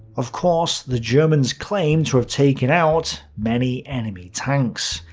of course, the germans claim to have taken out many enemy tanks,